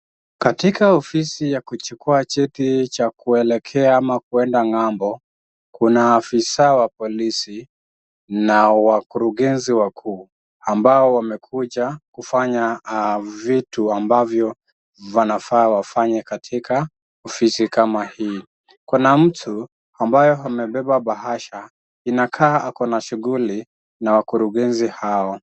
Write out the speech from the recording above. Katika ofisi ya kuchukua cheti cha kuelekea ama kuenda ng'ambo kuna afisa wa polisi na wakurugenzi wakuu, ambao wamekuja kufanya vitu ambavyo wanafaa wafanye katika ofisi kama hii, kuna mtu ambaye amebeba bahasha inakaa ako na shughuli na wakurugenzi hawa.